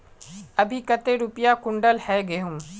अभी कते रुपया कुंटल है गहुम?